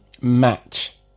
match